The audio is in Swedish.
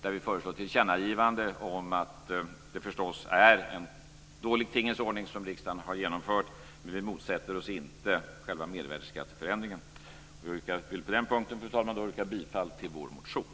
Där föreslår vi ett tillkännagivande om att det är en dålig tingens ordning som riksdagen har genomfört, men vi motsätter oss inte själva mervärdesskatteförändringen. Fru talman! På den punkten vill jag yrka bifall till vår motion.